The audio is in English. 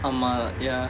ஆமா:aamaa ya